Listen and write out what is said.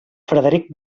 frederic